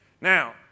Now